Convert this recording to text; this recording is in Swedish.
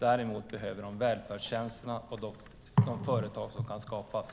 Däremot behöver de välfärdstjänsterna och de företag som kan skapas.